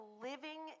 living